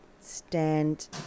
stand